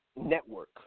network